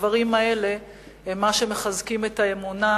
הדברים האלה הם שמחזקים את האמונה,